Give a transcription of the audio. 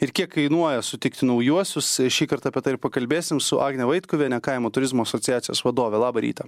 ir kiek kainuoja sutikti naujuosius šįkart apie tai ir pakalbėsim su agne vaitkuviene kaimo turizmo asociacijos vadove labą rytą